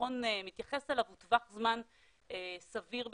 שמחון מתייחס אליו הוא טווח זמן סביר בכלכלה.